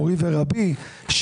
מורי ורבי,